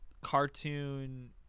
cartoon